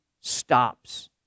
stops